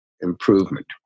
improvement